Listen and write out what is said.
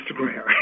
Instagram